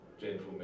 gentleman